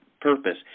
purpose